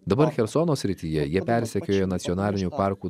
dabar chersono srityje jie persekioja nacionalinių parkų